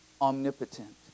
Omnipotent